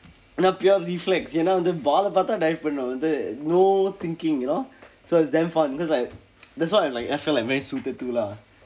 ஆனா:aanaa pure reflex ஏனா வந்து:eenaa vandthu ball eh பார்த்தால்:paarththaal dive பண்ணும் வந்து:pannum vandthu no thinking you know so it's damn fun because like that's what I'm like I feel like very suited to lah